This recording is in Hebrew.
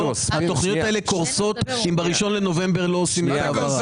התוכניות האלה קורסות אם ב-1 בנובמבר לא עושים את ההעברה?